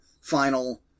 final